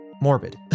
morbid